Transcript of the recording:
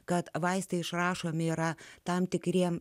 kad vaistai išrašomi yra tam tikriems